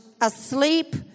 asleep